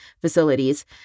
facilities